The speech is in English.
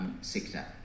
sector